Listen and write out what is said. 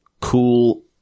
cool